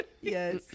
Yes